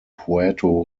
puerto